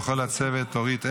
וכל הצוות: אורית ארז,